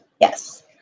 Yes